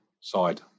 side